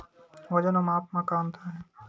वजन अउ माप म का अंतर हे?